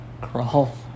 crawl